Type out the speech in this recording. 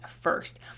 first